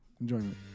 enjoyment